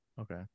Okay